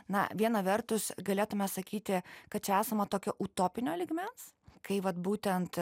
na viena vertus galėtume sakyti kad čia esama tokio utopinio lygmens kai vat būtent